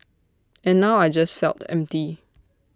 and now I just felt empty